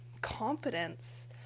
confidence